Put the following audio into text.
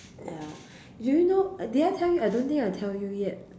ya do you know uh did I tell you I don't think I tell you yet